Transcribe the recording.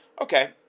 Okay